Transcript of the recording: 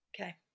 Okay